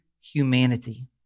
humanity